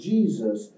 Jesus